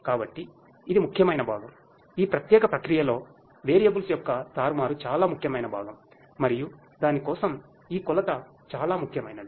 కాబట్టి ఇది ముఖ్యమైన భాగం ఈ ప్రత్యేక ప్రక్రియలో వేరియబుల్స్ యొక్క తారుమారు చాలా ముఖ్యమైన భాగం మరియు దాని కోసం ఈ కొలత చాలా ముఖ్యమైనది